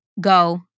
go